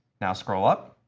now scroll up.